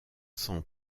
sans